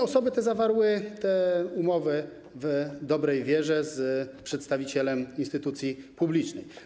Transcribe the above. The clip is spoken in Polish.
Osoby te zawarły te umowy w dobrej wierze z przedstawicielem instytucji publicznej.